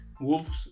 Wolves